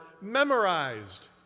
memorized